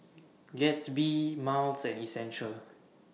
Gatsby Miles and Essential